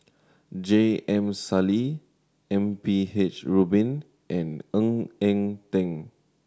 J M Sali M P H Rubin and Ng Eng Teng